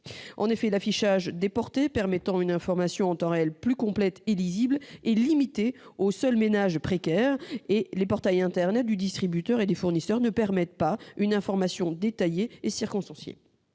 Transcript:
En effet, l'affichage déporté, permettant une information en temps réel plus complète et lisible, est limité aux seuls ménages précaires et les portails internet du distributeur et des fournisseurs ne permettent pas une information détaillée et circonstanciée.